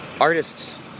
artists